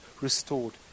restored